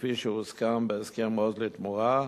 כפי שהוסכם בהסכם "עוז לתמורה"